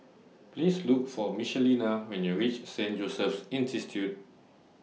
Please Look For Michelina when YOU REACH Saint Joseph's